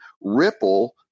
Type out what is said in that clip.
Ripple